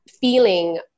feeling